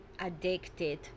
addicted